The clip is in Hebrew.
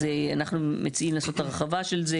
אז אנחנו מציעים לעשות הרחבה של זה.